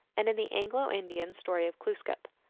and in the anglo-indian storey of glooscap.